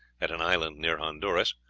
at an island near honduras,